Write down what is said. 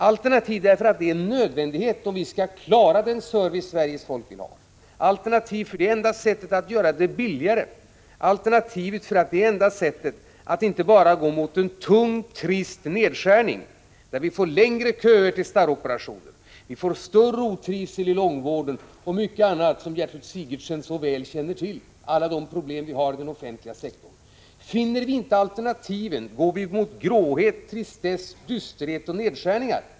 Alternativ är en nödvändighet om vi skall klara den service Sveriges folk vill ha. Alternativ är det enda sättet att göra det billigare. Det är det enda sättet att inte bara gå mot en tung, trist nedskärning, som medför längre köer till starroperationer, större otrivsel i långvården och mycket annat som Gertrud Sigurdsen så väl känner till — jag tänker på alla de problem vi har i den offentliga sektorn. Finner vi inte alternativen går vi mot gråhet, tristess, dysterhet och nedskärningar.